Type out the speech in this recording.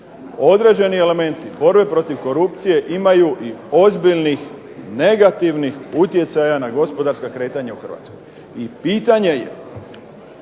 Određeni elementi borbe protiv korupcije imaju i ozbiljnih negativnih utjecaja na gospodarska kretanja u Hrvatskoj, i pitanje je